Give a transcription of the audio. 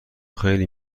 خیلی